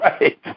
Right